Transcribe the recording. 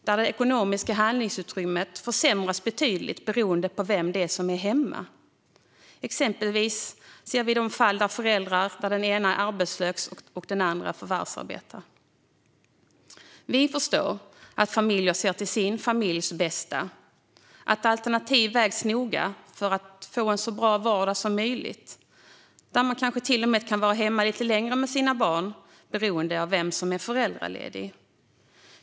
Det ekonomiska handlingsutrymmet kan där försämras betydligt beroende på vem som är hemma, exempelvis i de fall där en förälder är arbetslös och den andra förvärvsarbetar. Vi förstår att familjer ser till sin familjs bästa och att alternativ vägs noga för att de ska få en så bra vardag som möjligt. Man kanske till och med kan vara hemma lite längre med sina barn beroende på vem som är föräldraledig.